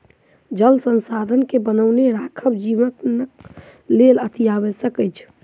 जल संसाधन के बनौने राखब जीवनक लेल अतिआवश्यक अछि